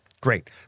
Great